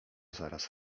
zaraz